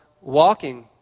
walking